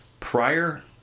prior